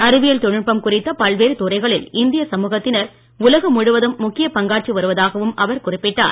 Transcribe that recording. அறிவியல் தொழில்நுட்பம் குறித்த பல்வேறு துறைகளில் இந்திய சமூகத்தினர் உலகம் முழுவதும் முக்கிய பங்காற்றி வருவதாக அவர் குறிப்பிட்டார்